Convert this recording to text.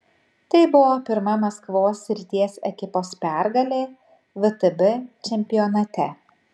tai buvo pirma maskvos srities ekipos pergalė vtb čempionate